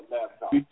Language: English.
laptop